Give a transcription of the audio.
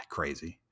Crazy